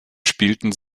spielten